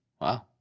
Wow